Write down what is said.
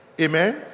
amen